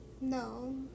No